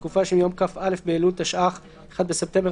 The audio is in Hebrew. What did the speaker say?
במהלך התקופה שמיום כ"א באלול התשע"ח (1 בספטמבר